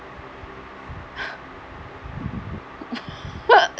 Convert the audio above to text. uh